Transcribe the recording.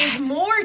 more